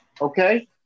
Okay